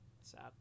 Sad